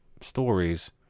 stories